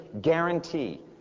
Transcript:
guarantee